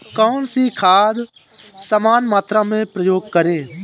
कौन सी खाद समान मात्रा में प्रयोग करें?